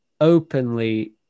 openly